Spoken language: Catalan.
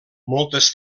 moltes